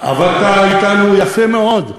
אבל עבדת אתנו יפה מאוד.